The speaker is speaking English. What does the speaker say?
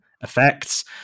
effects